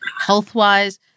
health-wise